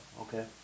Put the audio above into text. okay